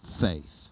faith